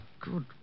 Good